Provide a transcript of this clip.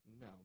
no